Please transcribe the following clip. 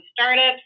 startups